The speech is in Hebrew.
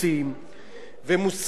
ומוצרי מזון בסיסיים,